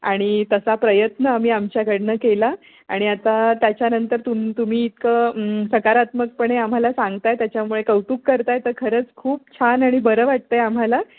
आणि तसा प्रयत्न आम्ही आमच्याकडून केला आणि आता त्याच्यानंतर तुम तुम्ही इतकं सकारात्मकपणे आम्हाला सांगताय त्याच्यामुळे कौतुक करताय तर खरंच खूप छान आणि बरं वाटतं आहे आम्हाला